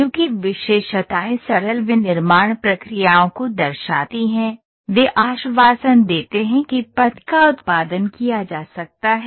चूंकि विशेषताएं सरल विनिर्माण प्रक्रियाओं को दर्शाती हैं वे आश्वासन देते हैं कि पथ का उत्पादन किया जा सकता है